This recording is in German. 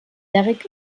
derrick